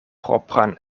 propran